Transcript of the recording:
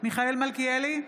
מיכאל מלכיאלי,